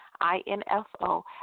I-N-F-O